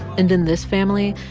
and in this family,